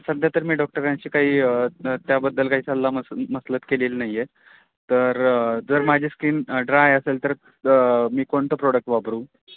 सध्या तर मी डॉक्टरांशी काही त्याबद्दल काही सल्ला मस मसलत केलेली नाहीये तर जर माझे स्ककीन ड्राय असेल तर मी कोणतं प्रॉडक्ट वापरू